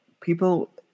people